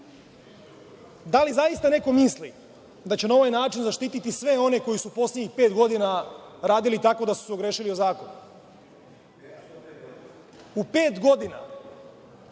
li zaista neko misli da će na ovaj način zaštiti sve one koji su poslednjih pet godina radili tako da su se ogrešili o zakon? U pet godina,